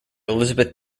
elizabeth